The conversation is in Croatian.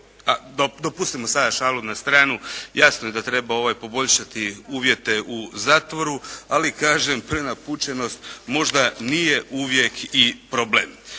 no pustimo sada šalu na stranu. Jasno je da treba poboljšati uvjete u zatvoru, ali kažem prenapučenost možda nije uvijek ni problem.